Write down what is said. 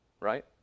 right